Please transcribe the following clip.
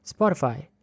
Spotify